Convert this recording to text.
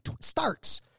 starts